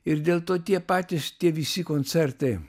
ir dėl to tie patys tie visi koncertai